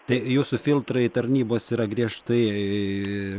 tai jūsų filtrai tarnybos yra griežtai